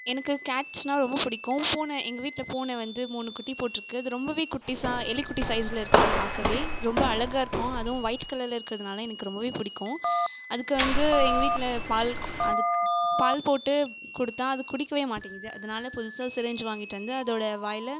எனக்கு கேட்ஸ்ன்னால் ரொம்ப பிடிக்கும் பூனை எங்கள் வீட்டில் பூனை வந்து மூணு குட்டி போட்டிருக்கு அது ரொம்பவே குட்டிஸாக எலிக்குட்டி சைஸ்சில் இருக்கும் பார்க்கவே ரொம்ப அழகாக இருக்கும் அதுவும் ஒயிட் கலரில் இருக்கிறதனால எனக்கு ரொம்பவே பிடிக்கும் அதுக்கு வந்து எங்கள் வீட்டில் பால் அதுக்கு பால் போட்டு கொடுத்தா அது குடிக்கவே மாட்டேங்குது அதனால புதுசாக சிரஞ்சி வாங்கிட்டு வந்து அதோட வாயில்